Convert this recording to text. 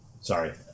Sorry